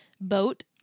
boat